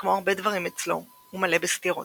וכמו הרבה דברים אצלו, הוא מלא בסתירות.